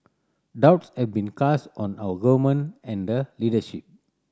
doubts have been cast on our Government and the leadership